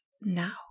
now